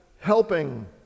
helping